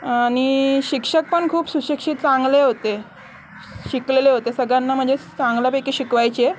आनि शिक्षक पण खूप सुशिक्षित चांगले होते शिकलेले होते सगळ्यांना म्हणजे चांगल्यापैकी शिकवायचे